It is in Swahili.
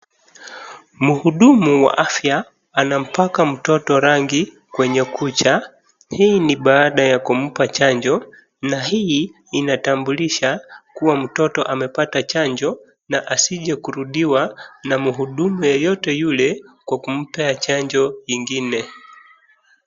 Mhudumu wa afya anampaka mtoto rangi kwenye kucha, hii ni baada ya kumpa chanjo na hii inatambulisha kuwa mtoto amepata chanjo na asije kurudiwa na mhudumu yeyote yule kwa kumpea chanjo ingine.